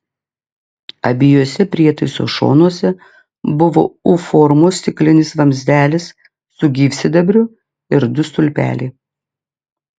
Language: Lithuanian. abiejuose prietaiso šonuose buvo u formos stiklinis vamzdelis su gyvsidabriu ir du stulpeliai